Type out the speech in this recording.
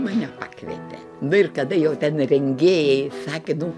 mane pakvietė nu ir kada jau ten rengėjai sakė nu